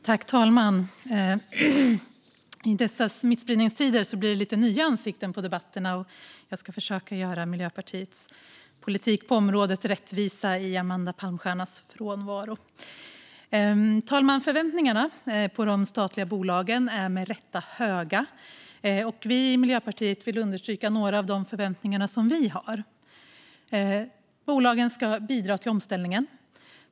Herr talman! I dessa smittspridningstider blir det en del nya ansikten i debatterna. Jag ska försöka göra Miljöpartiets politik på området rättvisa i Amanda Palmstiernas frånvaro. Herr talman! Förväntningarna på de statliga bolagen är med rätta höga. Vi i Miljöpartiet vill understryka några av de förväntningar vi har, nämligen följande: De statligt ägda bolagen ska bidra till omställningen.